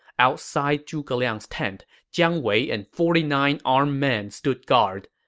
outside zhuge liang's tent jiang wei and forty nine armed men stood guard.